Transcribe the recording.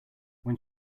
when